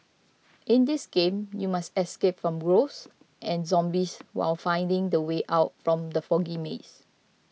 in this game you must escape from ghosts and zombies while finding the way out from the foggy maze